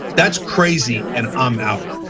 that's crazy and i'm out.